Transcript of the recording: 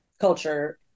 culture